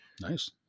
Nice